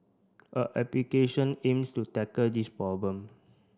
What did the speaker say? a application aims to tackle this problem